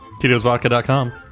Tito'sVodka.com